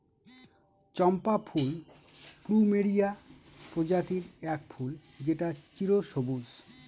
চম্পা ফুল প্লুমেরিয়া প্রজাতির এক ফুল যেটা চিরসবুজ